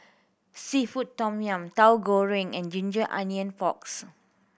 seafood tom yum Tahu Goreng and ginger onion porks